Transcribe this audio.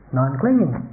non-clinging